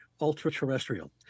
ultra-terrestrial